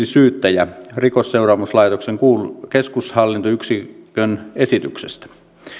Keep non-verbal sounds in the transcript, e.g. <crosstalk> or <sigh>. <unintelligible> syyttäjä rikosseuraamuslaitoksen keskushallintoyksikön esityksestä